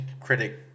critic